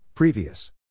Previous